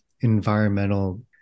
environmental